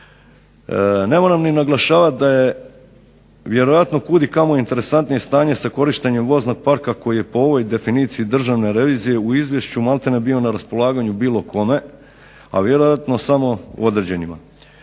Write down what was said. Ne moram ni naglašavati da je vjerojatno kud i kamo interesantnije stanje sa korištenjem voznog parka koji je po ovoj definiciji Državne revizije u izvješću bio na raspolaganju bilo kome a vjerojatno samo određenima.